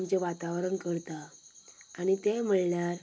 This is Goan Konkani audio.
आमचें वातावरण करतां आनी तें म्हणल्यार